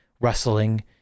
rustling